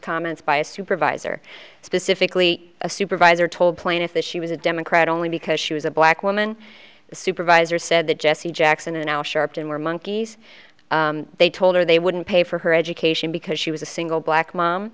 comments by a supervisor specifically a supervisor told plaintiff that she was a democrat only because she was a black woman the supervisor said that jesse jackson and al sharpton were monkeys they told her they wouldn't pay for her education because she was a single black mom